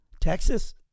Texas